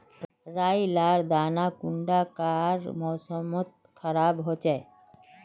राई लार दाना कुंडा कार मौसम मोत खराब होचए?